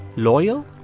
loyal,